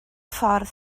ffordd